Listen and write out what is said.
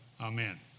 Amen